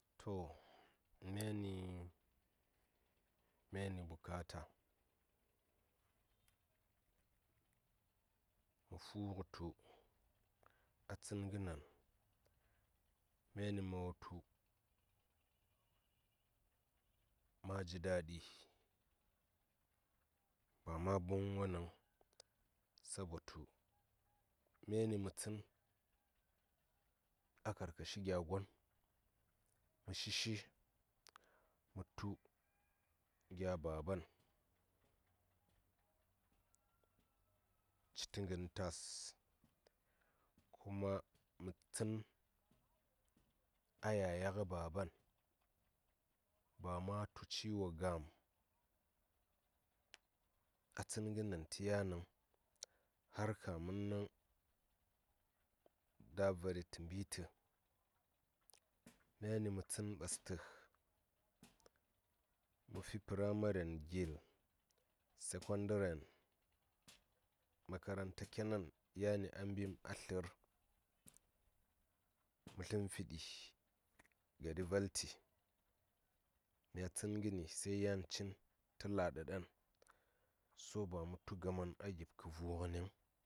To myani bukata mə fu gə tu a tsən gə nen myani ma wutu ma ji daɗi ba ma buŋ wonəŋ sabotu myani mə tsən a karka shi gya gon mə shi shi mə tu gya baban citə ngən tas kuma mə tsən a yaya kə baban ba ma tu ciwo gam a tsən gə nen tə yaniŋ har kamin naŋ dah vari tə mbi tə myani mə tsən ɓastə mə fi pəramaren ghɨl səkondaren makaranta ke nen yani a mbim a tlər mə sən fiɗi gari valti mya tsən ngəni sai yan cin tə la ɗa ɗan so ba mə tu gaman a gip kə vu ngə niŋ.